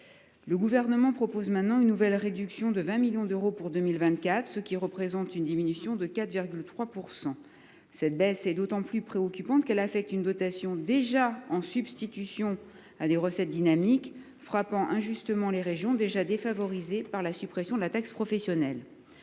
Le Gouvernement propose de réduire le montant de cette dotation de 20 millions d’euros en 2024, soit une baisse de 4,3 %. Cette baisse est d’autant plus préoccupante qu’elle affecte une dotation allouée en substitution à des recettes dynamiques, frappant injustement des régions déjà défavorisées par la suppression de la taxe professionnelle.